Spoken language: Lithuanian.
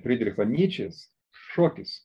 frydricho nyčės šokis